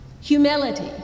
humility